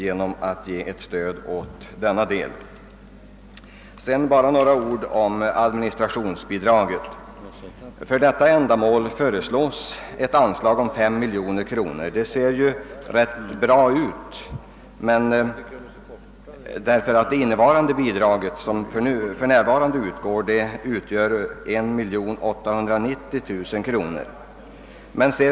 Ett belopp på 5 miljoner kronor föreslås i administrationsbidrag. Detta förefaller måhända ganska tillfredsställande eftersom det bidrag som för närvarande utgår utgör 1890 000 kronor.